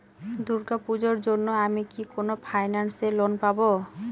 দূর্গা পূজোর জন্য আমি কি কোন ফাইন্যান্স এ লোন পাবো?